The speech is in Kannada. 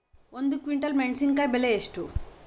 ಒಂದು ಕ್ವಿಂಟಾಲ್ ಮೆಣಸಿನಕಾಯಿ ಬೆಲೆ ಎಷ್ಟು?